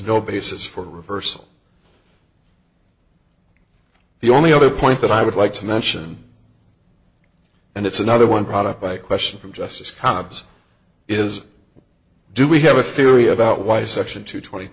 no basis for reversal the only other point that i would like to mention and it's another one product by question from justice cobbs is do we have a theory about why section two